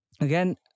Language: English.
again